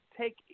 take